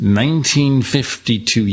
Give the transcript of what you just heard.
1952